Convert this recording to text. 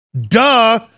Duh